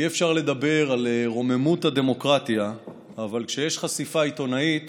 אי-אפשר לדבר על רוממות הדמוקרטיה אבל כשיש חשיפה עיתונאית